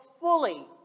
fully